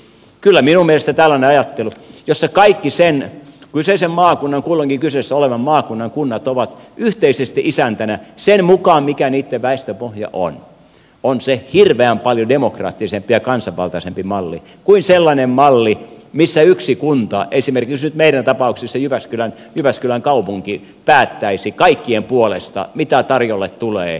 kyllä minun mielestäni tällainen ajattelu jossa kaikki kulloinkin kyseessä olevan maakunnan kunnat ovat yhteisesti isäntänä sen mukaan mikä on niitten väestöpohja on hirveän paljon demokraattisempi ja kansanvaltaisempi malli kuin sellainen malli missä yksi kunta esimerkiksi nyt meidän tapauksessamme jyväskylän kaupunki päättäisi kaikkien puolesta mitä tarjolle tulee